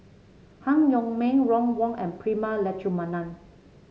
Han Yong May Ron Wong and Prema Letchumanan